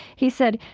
he said,